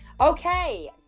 Okay